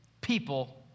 people